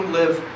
live